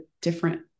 different